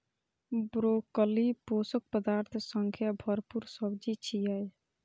broccoli पोषक पदार्थ सं भरपूर सब्जी छियै